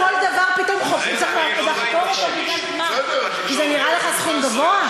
כל דבר צריך לחקור אותו כי זה נראה לך סכום גבוה?